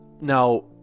Now